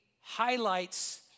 highlights